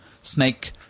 snake